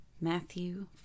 Matthew